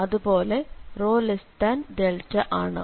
അതുപോലെ ഇവിടെ ρδ ആണ്